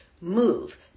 move